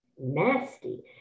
nasty